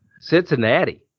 Cincinnati